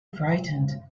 frightened